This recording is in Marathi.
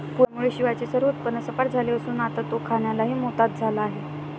पूरामुळे शिवाचे सर्व उत्पन्न सपाट झाले असून आता तो खाण्यालाही मोताद झाला आहे